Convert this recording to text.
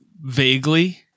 vaguely